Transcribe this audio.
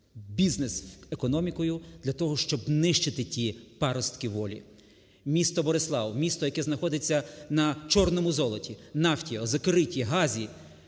бізнес-економікою для того, щоб нищити ті паростки волі. Місто Борислав, місто, яке знаходиться на "чорному золоті", нафті, озокериті, газі,